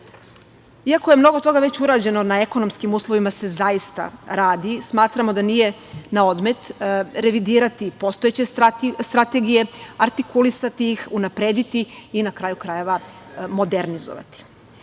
je već mnogo toga urađeno na ekonomskim uslovima se zaista radi. Smatramo da nije na odmet revidirati postojeće strategije, artikulisati ih, unaprediti i na kraju krajeva modernizovati.